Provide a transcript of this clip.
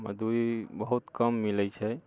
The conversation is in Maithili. मजदूरी बहुत कम मिलैत छै